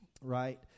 right